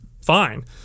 fine